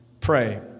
pray